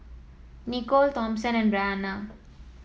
Nicole Thompson and Brianna